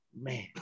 man